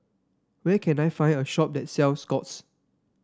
where can I find a shop that sells Scott's